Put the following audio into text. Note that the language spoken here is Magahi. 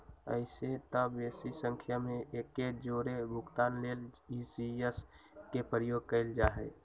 अइसेए तऽ बेशी संख्या में एके जौरे भुगतान लेल इ.सी.एस के प्रयोग कएल जाइ छइ